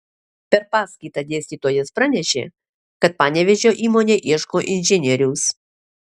per paskaitą dėstytojas pranešė kad panevėžio įmonė ieško inžinieriaus